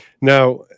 Now